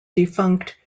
defunct